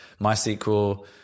MySQL